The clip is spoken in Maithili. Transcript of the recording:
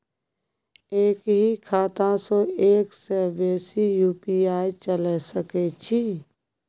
एक ही खाता सं एक से बेसी यु.पी.आई चलय सके छि?